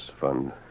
fund